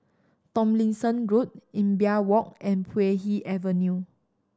Tomlinson Road Imbiah Walk and Puay Hee Avenue